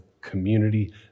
community